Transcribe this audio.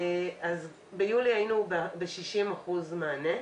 ביולי היינו ב-60 אחוזים מענה.